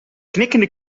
knikkende